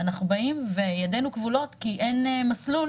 אנחנו באים וידינו כבולות כי אין מסלול